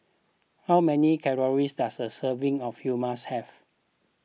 how many calories does a serving of Hummus have